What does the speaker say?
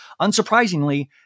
Unsurprisingly